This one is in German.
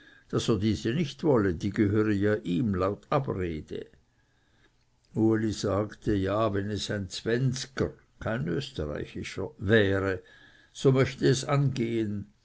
daß er diese nicht wolle die gehöre ja ihm laut abrede uli sagte ja wenn es ein zwänzger kein östreichischer wäre so möchte es angehen